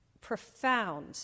profound